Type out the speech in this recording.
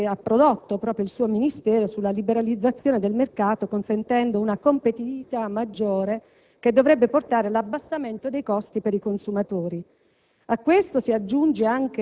o anche scelte che ha prodotto proprio il suo Ministero sulla liberalizzazione del mercato, consentendo una competitività maggiore che dovrebbe portare all'abbassamento dei costi per i consumatori.